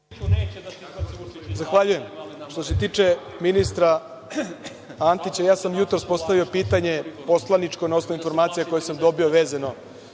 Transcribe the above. Zahvaljujem. Što se tiče ministra Antića, ja sam jutros postavio pitanje poslaničko na osnovu informacija koje sam dobio, a vezano